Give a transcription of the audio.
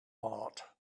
heart